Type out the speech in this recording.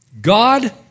God